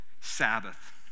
sabbath